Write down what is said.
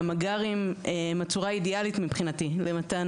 המג״רים הם הצורה האידיאלית מבחינתי למתן